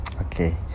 Okay